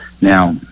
Now